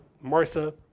Martha